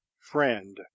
friend